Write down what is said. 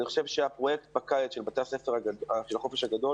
אני חושב שהפרויקט בקיץ של בתי הספר של החופש הגדול